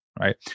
right